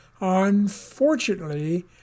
Unfortunately